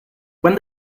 while